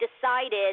decided –